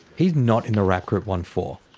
he's not in the rap group onefour.